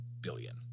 billion